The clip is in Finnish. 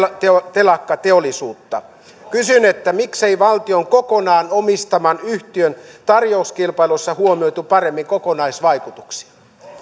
telakkateollisuutta kysyn miksei valtion kokonaan omistaman yhtiön tarjouskilpailussa huomioitu paremmin kokonaisvaikutuksia